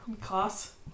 Class